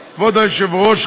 היושב-ראש,